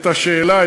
את השאלה,